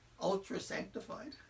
ultra-sanctified